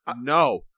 No